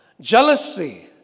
Jealousy